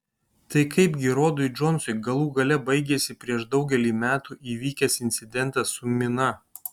tai kaipgi rodui džonsui galų gale baigėsi prieš daugelį metų įvykęs incidentas su mina